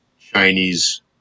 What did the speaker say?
Chinese